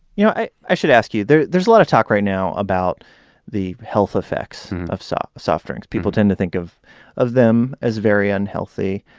yeah i i should ask you, there's there's a lot of talk right now about the health effects of soft soft drinks. people tend to think of of them as very unhealthy.